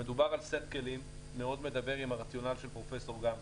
מדובר על סט כלים שמאוד מדבר עם הרציונל של פרופ' גמזו.